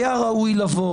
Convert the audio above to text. היה ראוי לומר,